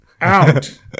Out